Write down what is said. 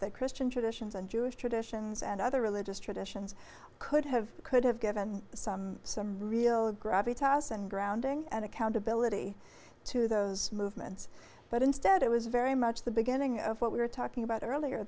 that christian traditions and jewish traditions and other religious traditions could have could have given some some real gravitas and grounding and accountability to those movements but instead it was very much the beginning of what we were talking about earlier